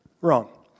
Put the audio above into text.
Wrong